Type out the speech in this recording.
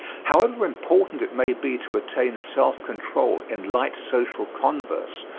however important it may be to attain self-control in light social converse,